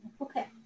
Okay